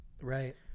Right